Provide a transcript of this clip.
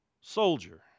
soldier